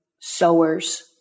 sowers